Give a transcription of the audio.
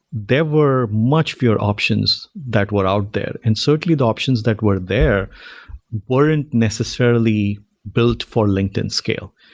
there were much fewer options that were out there. and certainly, the options that were there weren't necessarily built for linkedin scale.